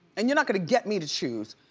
and you're not gonna get me to choose.